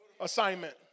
assignment